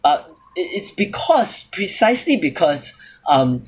but it it's because precisely because um